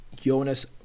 Jonas